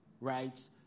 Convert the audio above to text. right